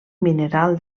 mineral